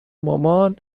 مامان